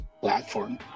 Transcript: platform